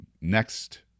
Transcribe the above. next